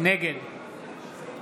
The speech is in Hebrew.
נגד